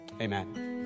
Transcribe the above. Amen